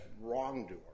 wrongdoer